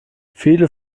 viele